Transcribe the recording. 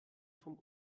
vom